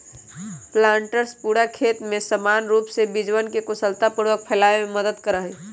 planters पूरा खेत में समान रूप से बीजवन के कुशलतापूर्वक फैलावे में मदद करा हई